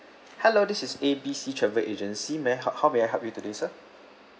hello this is A B C travel agency may I hel~ how may I help you today sir